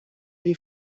les